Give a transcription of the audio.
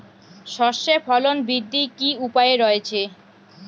সর্ষের ফলন বৃদ্ধির কি উপায় রয়েছে?